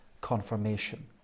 confirmation